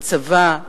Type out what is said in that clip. הצבא,